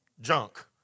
junk